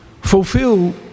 fulfill